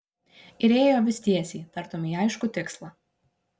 ir ėjo vis tiesiai tartum į aiškų tikslą